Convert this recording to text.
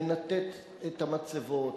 לנתץ את המצבות,